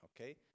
okay